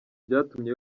byatumye